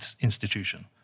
institution